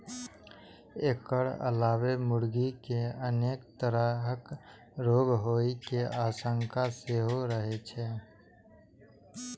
एकर अलावे मुर्गी कें अनेक तरहक रोग होइ के आशंका सेहो रहै छै